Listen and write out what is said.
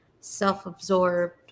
self-absorbed